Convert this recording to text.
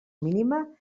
mínima